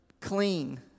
clean